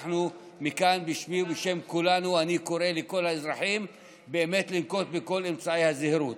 ומכאן בשמי ובשם כולנו אני קורא לכל האזרחים לנקוט את כל אמצעי הזהירות.